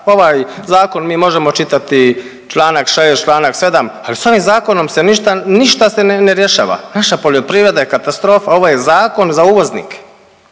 Ovaj zakon mi možemo čitati čl. 6., čl. 7., al s ovim zakonom se ništa, ništa se ne rješava, naša poljoprivreda je katastrofa, ovo je zakon za uvoznike,